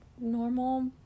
normal